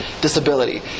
disability